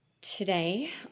Today